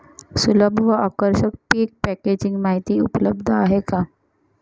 सुलभ व आकर्षक पीक पॅकेजिंग माहिती उपलब्ध आहे का?